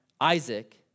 Isaac